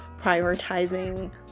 prioritizing